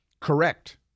correct